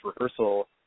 rehearsal